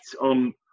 on